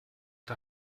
der